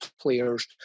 players